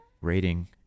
rating